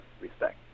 respect